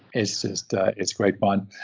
it's just it's great fun.